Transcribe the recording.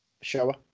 Shower